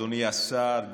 אדוני השר,